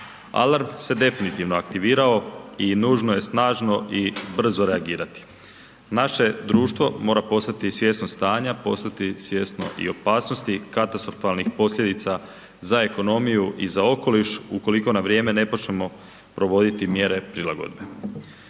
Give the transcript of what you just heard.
Alarm se definitivno aktivirao i nužno je snažno i brzo reagirati. Naše društvo mora postati svjesno stanja, postati svjesno i opasnosti katastrofalnih posljedica za ekonomiju i za okoliš ukoliko na vrijeme ne počnemo provoditi mjere prilagodbe.